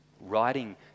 writing